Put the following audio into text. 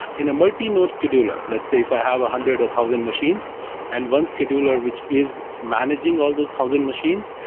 in a multi-node scheduler, let's say if i have a hundred of thousand machines and one scheduler which is managing all those thousand machines.